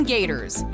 Gators